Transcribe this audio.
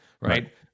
right